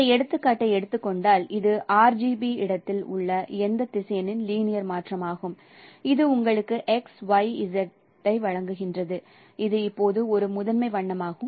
இந்த எடுத்துக்காட்டை எடுத்து கொண்டால் இது RGB இடத்தில் உள்ள எந்த திசையனின் லீனியர் மாற்றமாகும் இது உங்களுக்கு X Y Z ஐ வழங்குகிறது இது இப்போது ஒரு முதன்மை வண்ணமாகும்